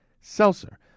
seltzer